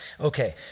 Okay